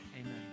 Amen